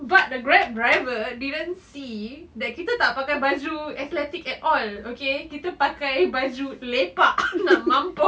but the Grab driver didn't see that kita tak pakai baju athletic at all oh okay kita pakai baju lepak nak mampus